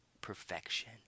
perfection